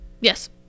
Yes